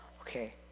okay